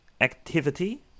activity